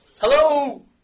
Hello